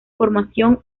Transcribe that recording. formación